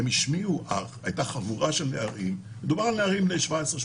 הייתה חבורה של נערים בני 18-17,